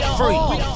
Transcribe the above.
free